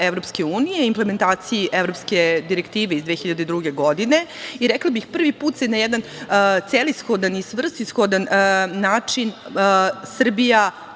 propisima EU i implementaciji evropske Direktive iz 2002. godine i, rekla bih, prvi put se na jedan celishodan i svrsishodan način Srbija